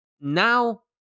Now